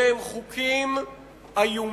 אלה הם חוקים איומים,